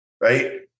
right